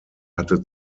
hatte